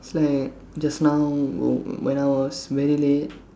it's like just now when I was very late